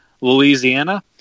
Louisiana